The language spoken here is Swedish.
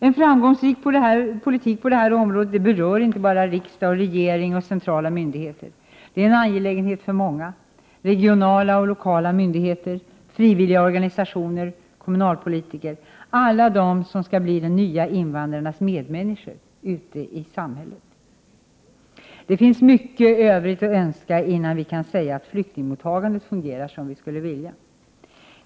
En framgångsrik politik på det här området berör inte bara riksdag, regering och centrala myndigheter. Det är en angelägenhet för många — regionala och lokala myndigheter, frivilliga organisationer, kommunalpolitiker och alla dem som skall bli de nya invandrarnas medmänniskor ute i samhället. Det finns mycket övrigt att önska innan vi kan säga att flyktingmottagandet fungerar som vi skulle vilja.